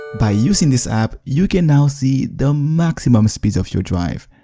by using this app, you can now see the maximum speeds of your drive.